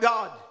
God